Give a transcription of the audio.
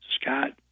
Scott